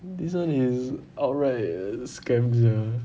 this [one] is outright scam sia